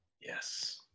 Yes